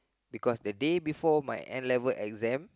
because that day before my N-level exam